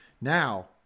now